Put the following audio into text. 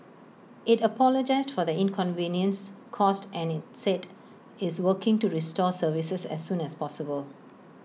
IT apologised for the inconvenience caused and IT said is working to restore services as soon as possible